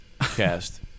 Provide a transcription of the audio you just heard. cast